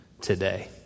today